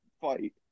fight